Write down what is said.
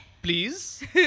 Please